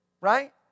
Right